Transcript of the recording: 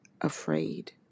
afraid